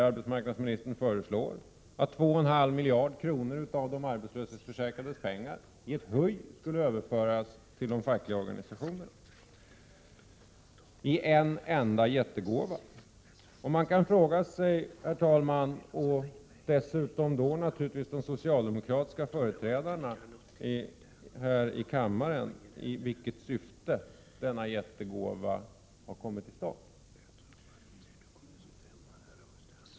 Arbetsmarknadsministern föreslår att 2,5 miljarder kronor av de arbetslöshetsförsäkrades pengar i ett huj skulle överföras till de fackliga organisationerna, i en enda jättegåva. : Man kan fråga sig —- och dessutom det socialdemokratiska partiets företrädare här i kammaren - i vilket syfte denna jättegåva har kommit till stånd.